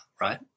right